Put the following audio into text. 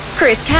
Chris